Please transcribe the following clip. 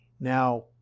now